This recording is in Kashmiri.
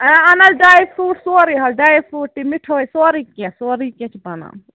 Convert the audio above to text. آ اَہَن حظ ڈرے فرٛوٗٹ سورُے حظ ڈرے فرٛوٗٹ تہِ مِٹھٲے سورُے کیٚنٛہہ سورُے کیٚنٛہہ چھُ بَنان